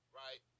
right